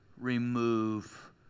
remove